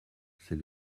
c’est